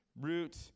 root